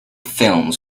films